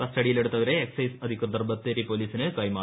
കസ്റ്റഡിയിലെടുത്തവരെ excise അധികൃതർ ബത്തേരി പോലീസിന് കൈമാറി